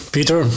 Peter